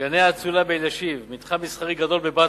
"גני האצולה" באלישיב, מתחם מסחרי גדול בבצרה,